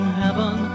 heaven